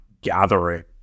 gathering